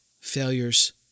failures